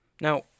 Now